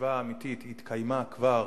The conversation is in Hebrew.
הישיבה האמיתית התקיימה כבר